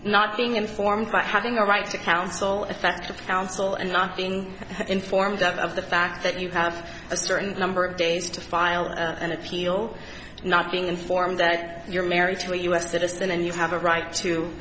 not being informed by having a right to counsel effective counsel and not being informed of the fact that you have a certain number of days to file an appeal not being informed that you're married to a u s citizen and you have a right to